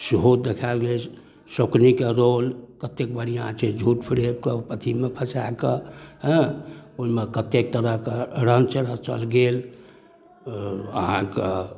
सेहो देखाएल गेल शकुनीके रोल कतेक बढ़िआँ छै झूठ फरेबके अथीमे फसाकऽ हँ ओहिमे कतेक तरहके रञ्च रचल गेल अहाँके